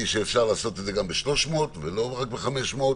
שאפשר לעשות את זה גם ב-300 ולא רק ב-500.